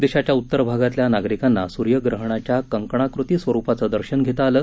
देशाच्या उत्तर भागातल्या नागरिकांना सूर्यग्रहणाच्या कंकणाकृती स्वरुपाचं दर्शन घेता आलं